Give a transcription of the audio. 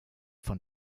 von